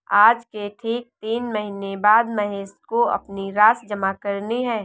आज से ठीक तीन महीने बाद महेश को अपनी राशि जमा करनी है